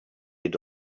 had